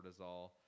cortisol